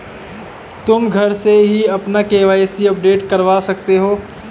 तुम घर से ही अपना के.वाई.सी अपडेट करवा सकते हो